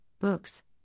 books